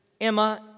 Emma